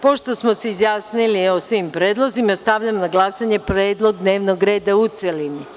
Pošto smo se izjasnili o svim predlozima, stavljam na glasanje predlog dnevnog reda u celini.